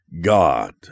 God